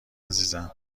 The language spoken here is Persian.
عزیزم